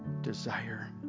desire